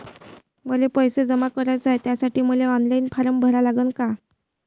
मले पैसे जमा कराच हाय, त्यासाठी मले ऑनलाईन फारम भरा लागन का?